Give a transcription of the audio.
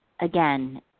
again